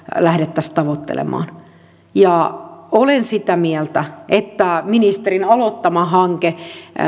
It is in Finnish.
lähdettäisiin tavoittelemaan olen sitä mieltä että ministerin aloittama hanke